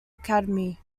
academy